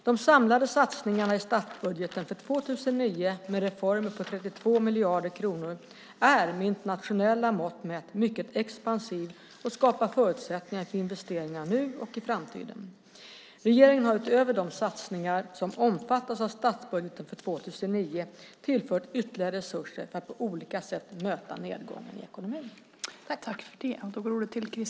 De samlade satsningarna i statsbudgeten för 2009 med reformer på 32 miljarder kronor är, med internationella mått mätt, mycket expansiv och skapar förutsättningar för investeringar nu och i framtiden. Regeringen har utöver de satsningar som omfattas av statsbudgeten för 2009 tillfört ytterligare resurser för att på olika sätt möta nedgången i ekonomin. Då Carina Adolfsson Elgestam, som framställt interpellationen, anmält att hon var förhindrad att närvara vid sammanträdet medgav tredje vice talmannen att Krister Örnfjäder i stället fick delta i överläggningen.